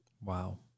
Wow